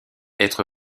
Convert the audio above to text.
être